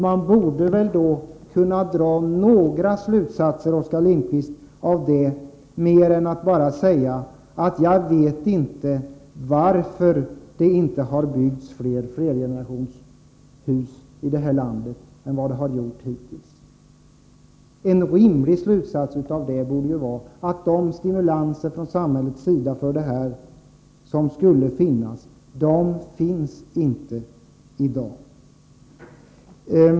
Man borde väl då kunna dra några slutsatser, Oskar Lindkvist, utöver att bara säga att ”jag vet inte varför det inte har byggts fler flergenerationshus i det här landet än hittills”. En rimlig slutsats borde vara att de stimulanser från samhällets sida som skulle behövas, de finns inte i dag.